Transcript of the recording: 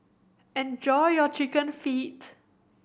enjoy your Chicken Feet